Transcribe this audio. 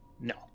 no